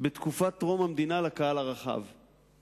בתקופת טרום המדינה לקהל הרחב,